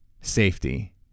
safety